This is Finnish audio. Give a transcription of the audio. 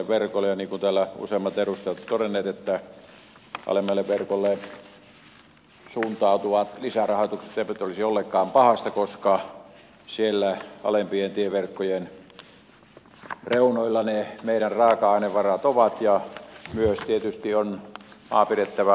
niin kuin täällä useammat edustajat ovat todenneet alemmille verkoille suuntautuvat lisärahoitukset eivät olisi ollenkaan pahasta koska siellä alempien tieverkkojen reunoilla ne meidän raaka ainevarat ovat ja tietysti myös on pidettävä maa asuttuna tuolla haja asutusalueilla